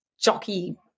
jockey